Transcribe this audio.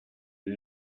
and